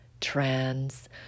trans